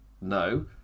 no